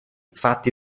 fatti